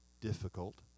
difficult